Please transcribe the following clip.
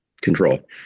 control